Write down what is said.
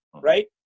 right